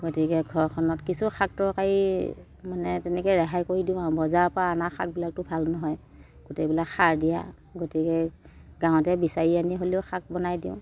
গতিকে ঘৰখনত কিছু শাক তৰকাৰী মানে তেনেকৈ ৰেহাই কৰি দিওঁ আৰু বজাৰৰ পৰা অনা শাকবিলাকতো ভাল নহয় গোটেইবিলাক সাৰ দিয়া গতিকে গাঁৱতে বিচাৰি আনি হ'লেও শাক বনাই দিওঁ